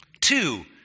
Two